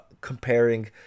comparing